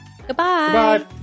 Goodbye